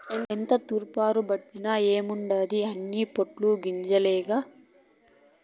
ఎంత తూర్పారబట్టిన ఏముండాది అన్నీ పొల్లు గింజలేగా